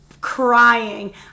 crying